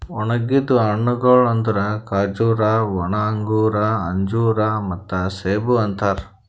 ಒಣುಗಿದ್ ಹಣ್ಣಗೊಳ್ ಅಂದುರ್ ಖಜೂರಿ, ಒಣ ಅಂಗೂರ, ಅಂಜೂರ ಮತ್ತ ಸೇಬು ಅಂತಾರ್